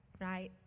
Right